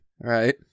Right